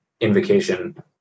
invocation